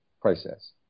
process